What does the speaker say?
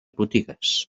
botigues